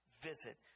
visit